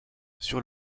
sur